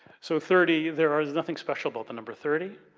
so thirty, there um nothing special about the number thirty.